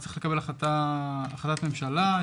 צריך לקבל החלטת ממשלה.